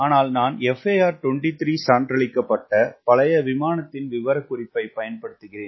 ஆனால் நான் FAR 23 சான்றளிக்கப்பட்ட பழைய விமானத்தின் விவரக்குறிப்பைப் பயன்படுத்துகிறேன்